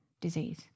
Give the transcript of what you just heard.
disease